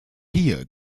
hier